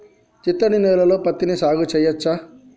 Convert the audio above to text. చిత్తడి నేలలో పత్తిని సాగు చేయచ్చా?